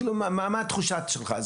מה התחושה שלך?